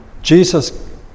Jesus